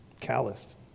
calloused